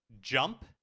jump